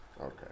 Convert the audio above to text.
Okay